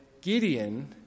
Gideon